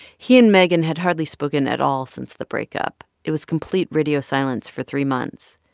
he and megan had hardly spoken at all since the breakup. it was complete radio silence for three months.